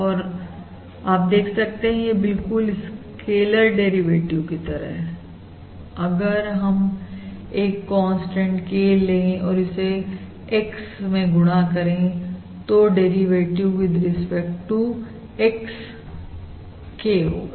और आप देख सकते हैं कि यह बिल्कुल स्कैलर डेरिवेटिव की तरह है अगर हम एक कांस्टेंट K ले और इसे X मैं गुणा करें तो derivative with respect to X K होगा